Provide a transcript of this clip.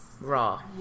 Raw